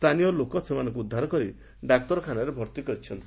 ସ୍ଚାନୀୟ ଲୋକ ସେମାନଙ୍କୁ ଉଦ୍ଧାର କରି ଡାକ୍ତରଖାନାରେ ଭର୍ତ୍ତି କରିଛନ୍ତି